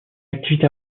activité